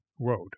road